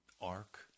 ark